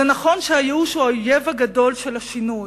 נכון שהייאוש הוא האויב הגדול של השינוי,